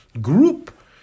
group